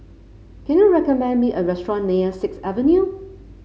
can you recommend me a restaurant near Sixth Avenue